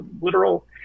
literal